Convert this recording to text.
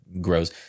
grows